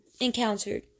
encountered